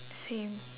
same